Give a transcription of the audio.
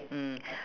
mm